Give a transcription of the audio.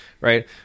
right